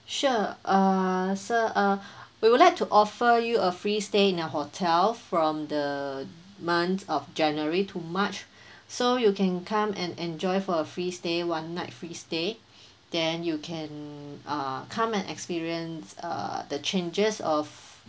sure err sir err we would like to offer you a free stay in the hotel from the month of january to march so you can come and enjoy for a free stay one night free stay then you can uh come and experience err the changes of